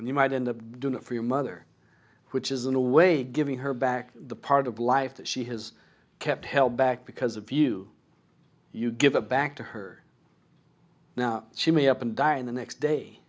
and you might end up doing it for your mother which is in a way giving her back the part of life that she has kept held back because of you you give it back to her now she may have been dying the next day